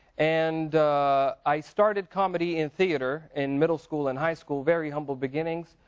and i started comedy in theater in middle school and high school, very humble beginnings,